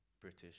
British